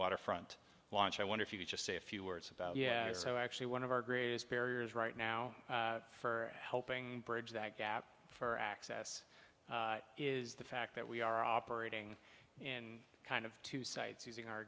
waterfront launch i wonder if you could just say a few words about yeah so actually one of our greatest barriers right now for helping bridge that gap for access is the fact that we are operating in kind of two sites using our